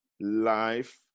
life